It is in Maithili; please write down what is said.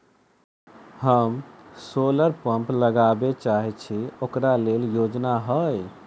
हम सोलर पम्प लगाबै चाहय छी ओकरा लेल योजना हय?